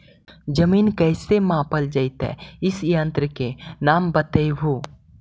जमीन कैसे मापल जयतय इस यन्त्र के नाम बतयबु?